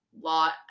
lot